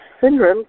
syndrome